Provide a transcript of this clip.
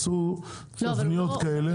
עשו תבניות כאלה -- לא,